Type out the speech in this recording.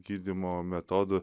gydymo metodų